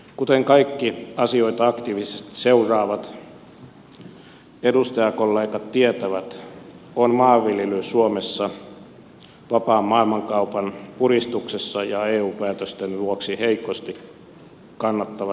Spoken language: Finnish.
kuten kaikki asioita aktiivisesti seuraavat edustajakollegat tietävät on maanviljely suomessa vapaan maailmankaupan puristuksessa ja eu päätösten vuoksi heikosti kannattavassa tilassa